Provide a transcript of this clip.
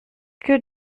que